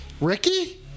Ricky